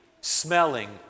smelling